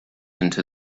into